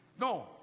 No